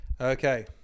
Okay